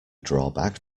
drawback